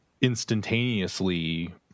instantaneously